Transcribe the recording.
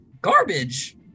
Garbage